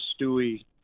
Stewie